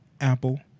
apple